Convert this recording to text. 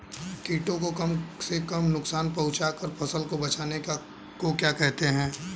कीटों को कम से कम नुकसान पहुंचा कर फसल को बचाने को क्या कहते हैं?